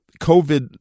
COVID